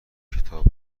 کتاب